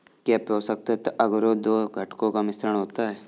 क्या पोषक तत्व अगरो दो घटकों का मिश्रण होता है?